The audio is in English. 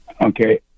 okay